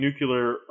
nuclear